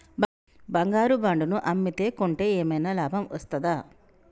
బంగారు బాండు ను అమ్మితే కొంటే ఏమైనా లాభం వస్తదా?